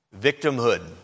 Victimhood